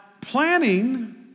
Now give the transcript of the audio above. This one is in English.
planning